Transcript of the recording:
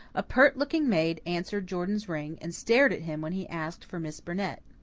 a pert-looking maid answered jordan's ring, and stared at him when he asked for miss burnett.